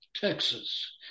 Texas